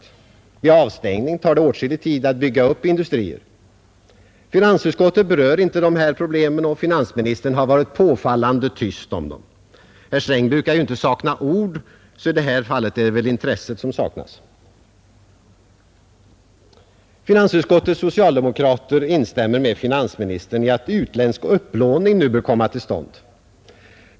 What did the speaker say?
Vid avstängning tar det åtskillig tid att bygga upp industrier. Finansutskottet berör inte dessa problem och finansministern har varit påfallande tyst om dem. Herr Sträng brukar ju inte sakna ord, så i det här fallet är det väl intresset som saknas. Finansutskottets socialdemokrater instämmer med finansministern i att utländsk upplåning nu bör komma till stånd.